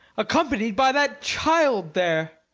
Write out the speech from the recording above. accompanied by that child there.